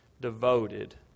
devoted